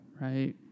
Right